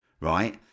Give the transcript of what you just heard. right